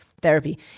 therapy